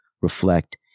reflect